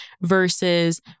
versus